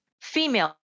female